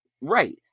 right